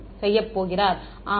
மாணவர் ஆம்